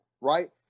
right